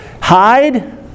hide